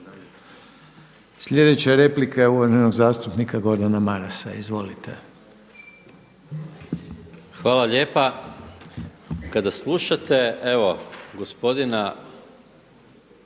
Sljedeća replika je uvaženog zastupnika Gordana Marasa. Izvolite. **Maras, Gordan (SDP)** Hvala lijepa. Kada slušate evo gospodina